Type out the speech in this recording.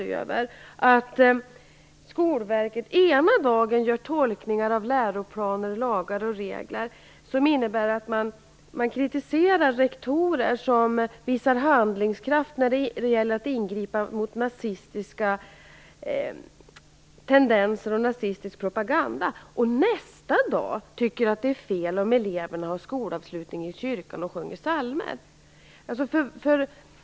Skolverket gör nämligen ena dagen tolkningar av läroplaner, lagar och regler som innebär att man kritiserar rektorer som visar handlingskraft när det gäller att ingripa mot nazistiska tendenser och nazistisk propaganda, och nästa dag tycker att det är fel om eleverna har skolavslutning i kyrkan och sjunger psalmer.